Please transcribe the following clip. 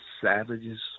savages